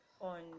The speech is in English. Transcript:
on